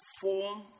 form